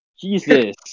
Jesus